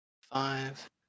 five